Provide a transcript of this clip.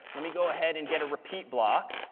let me go ahead and get a repeat block,